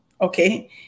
okay